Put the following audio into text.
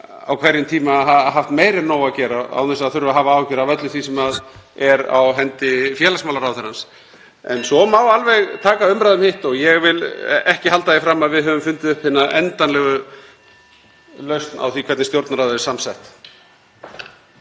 á hverjum tíma hafi haft meira en nóg að gera án þess að þurfa að hafa áhyggjur af öllu því sem er á hendi félagsmálaráðherra. En svo má alveg taka umræðu um hitt og ég vil ekki halda því fram að við höfum fundið upp hina endanlegu lausn á því hvernig Stjórnarráðið er samsett.